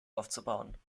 aufzubauen